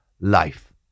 life